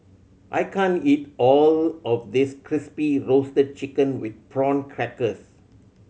I can't eat all of this Crispy Roasted Chicken with Prawn Crackers